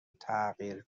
تغییر